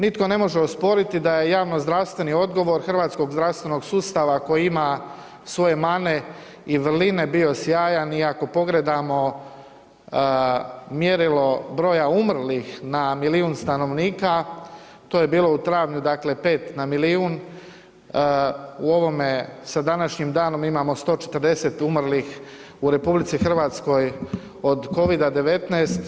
Nitko ne može osporiti da je javno zdravstveni odgovor hrvatskog zdravstvenog sustava koji ima svoje mane i vrline bio sjajan i ako pogledamo mjerilo broja umrlih na milion stanovnika, to je bilo u travnju, dakle 5 na milijun u ovome sa današnjim danom imamo 140 umrlih u RH od Covida 19.